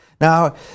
Now